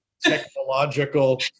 technological